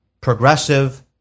progressive